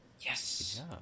Yes